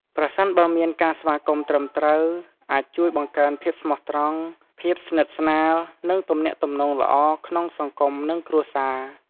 ប្រសិនបើមានការស្វាគមន៍ត្រឹមត្រូវអាចជួយបង្កើនភាពស្មោះត្រង់ ភាពស្និទ្ធិស្នាល និងទំនាក់ទំនងល្អក្នុងសង្គមនិងគ្រួសារ។